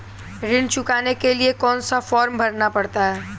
ऋण चुकाने के लिए कौन सा फॉर्म भरना पड़ता है?